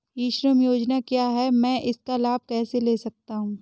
ई श्रम योजना क्या है मैं इसका लाभ कैसे ले सकता हूँ?